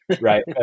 Right